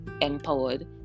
empowered